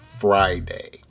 Friday